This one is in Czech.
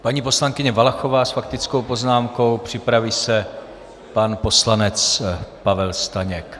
Paní poslankyně Valachová s faktickou poznámkou, připraví se pan poslanec Pavel Staněk.